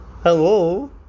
Hello